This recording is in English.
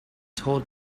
told